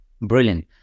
brilliant